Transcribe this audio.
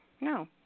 No